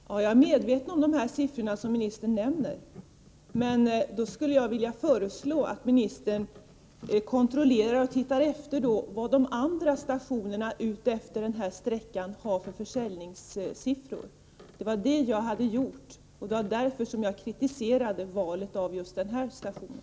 Herr talman! Jag är medveten om de siffror som ministern nämner. Men jag skulle vilja föreslå att ministern då också tittar efter vilka försäljningssiffror de andra stationerna utefter sträckan har. Det har jag gjort, och det är därför jag kritiserar valet av just den här stationen.